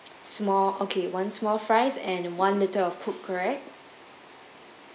small okay one small fries and one liter of coke right